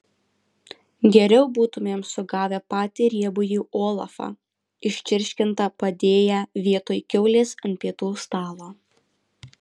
geriau būtumėm sugavę patį riebųjį olafą iščirškintą padėję vietoj kiaulės ant pietų stalo